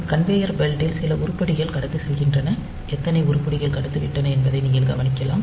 ஒரு கன்வேயர் பெல்ட்டில் சில உருப்படிகள் கடந்து செல்கின்றன எத்தனை உருப்படிகள் கடந்துவிட்டன என்பதை நீங்கள் கவனிக்கலாம்